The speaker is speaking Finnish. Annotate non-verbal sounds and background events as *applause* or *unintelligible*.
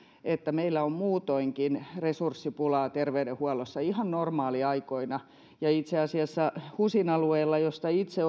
että meillä on muutoinkin resurssipulaa terveydenhuollossa ihan normaaliaikoina itse asiassa husin alueella josta itse *unintelligible*